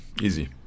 Easy